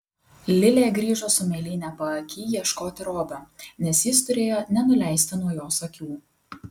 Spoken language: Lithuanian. lilė grįžo su mėlyne paaky ieškoti robio nes jis turėjo nenuleisti nuo jos akių